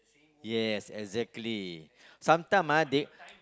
yes exactly sometime ah they